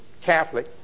Catholic